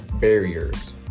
barriers